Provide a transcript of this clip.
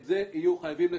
את זה יהיו חייבים לשנות.